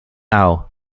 out